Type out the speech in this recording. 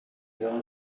don’t